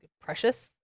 precious